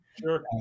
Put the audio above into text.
Sure